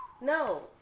No